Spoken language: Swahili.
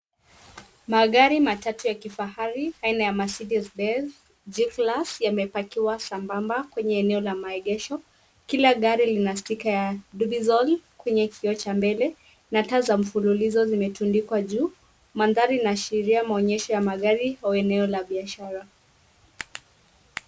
Maagari matatu ya kifahari aina ya Mercedes-Benz, G-Class yamepakiwa sambamba kwenye eneo la maegesho, kila gari linastika ya dubizole kwenye kioo cha mbele, na taa za mfululizo zimetundikwa juu, mandhari na sheria maonyesho ya magari kwa eneo la biashara.